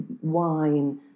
wine